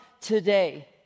today